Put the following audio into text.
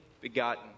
begotten